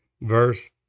verse